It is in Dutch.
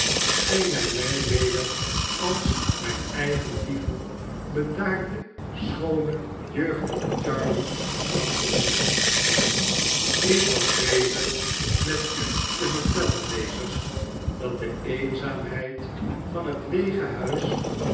scheen hy my weder alsmyneigen lieve bedaarde schoone jeugdige charley van lang voorheen ik was bezig met u te vertellen lezers dat de eenzaamheid van het leege huis